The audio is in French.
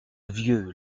vieux